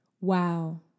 Wow